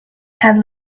had